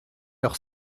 leur